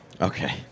Okay